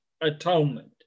atonement